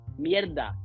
mierda